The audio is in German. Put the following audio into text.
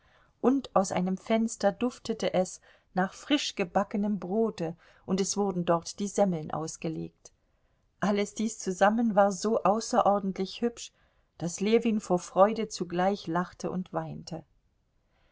und aus einem fenster duftete es nach frisch gebackenem brote und es wurden dort die semmeln ausgelegt alles dies zusammen war so außerordentlich hübsch daß ljewin vor freude zugleich lachte und weinte